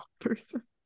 person